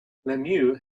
lemieux